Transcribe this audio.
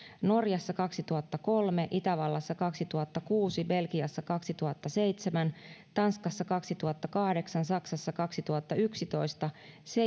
norjassa kaksituhattakolme itävallassa kaksituhattakuusi belgiassa kaksituhattaseitsemän tanskassa kaksituhattakahdeksan saksassa kaksituhattayksitoista